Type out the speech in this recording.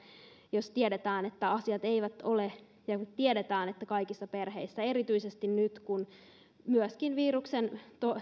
jos tiedetään että asiat eivät ole ja kun tiedetään että kaikissa perheissä erityisesti nyt myöskin viruksen